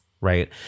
right